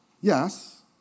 Yes